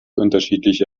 unterschiedliche